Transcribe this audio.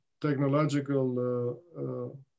technological